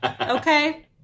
Okay